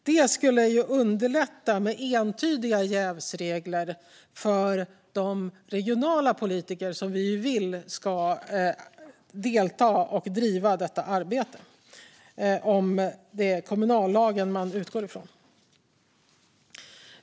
Det skulle underlätta med entydiga jävsregler för de regionala politiker som vi vill ska delta i och driva detta arbete, om det är kommunallagen man utgår från.